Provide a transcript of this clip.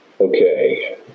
Okay